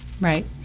Right